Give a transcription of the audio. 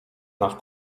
nach